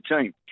team